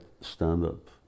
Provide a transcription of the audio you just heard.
stand-up